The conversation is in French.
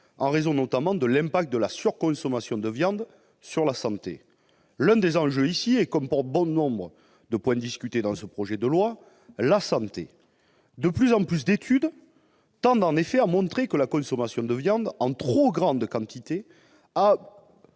en raison notamment de l'impact de la surconsommation de viande sur la santé. L'un des enjeux ici est, comme pour bon nombre de points discutés dans ce projet de loi, la santé. De plus en plus d'études tendent en effet à montrer que la consommation de viande en trop grande quantité a,